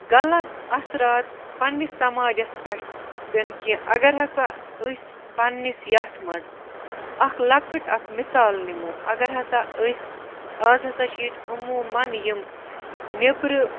غلط اثرات پَننِس سماجَس پٮ۪ٹھ پٮ۪نہٕ کیٚنٛہہ اگر ہَسا أسۍ پَننِس یَتھ مَنٛز اَکھ لَکٕٹۍ اَکھ مِثال نِمو اگر ہَسا أسۍ اَز ہَسا چھِ ییٚتہِ عمومَن یِم نٮ۪برٕ